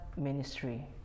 Ministry